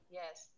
yes